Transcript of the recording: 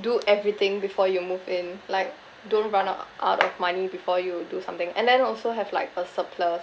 do everything before you move in like don't run uh out of money before you do something and then also have like a surplus